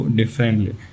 differently